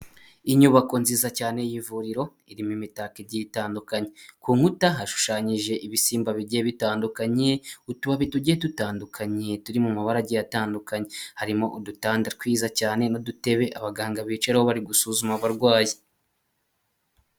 Inyubako nziza cyane y'ivuriro irimo imitako igitandukanye, ku nkuta hashushanyije ibisimba bige bitandukanye, utubabi tugiye dutandukanye turi mu mabara agiye atandukanye, harimo udutanda twiza cyane n'udutebe abaganga bicaraho bari gusuzuma abarwayi.